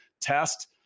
test